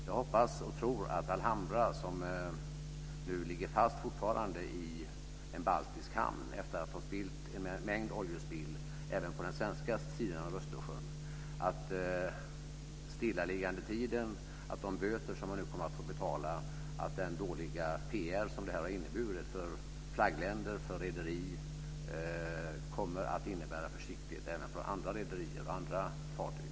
Jag hoppas och tror att stillaliggandetiden för Alambra, som fortfarande ligger fast i en baltisk hamn efter att ha spillt en mängd oljespill även på den svenska sidan av Östersjön, och de böter som ska betalas tillsammans med den dåliga PR som detta har inneburit för flaggländer, rederi, kommer att innebära försiktighet även från andra rederier och fartyg.